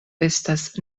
estas